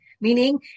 meaning